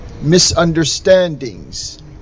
misunderstandings